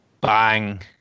Bang